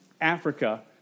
Africa